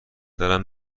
دارم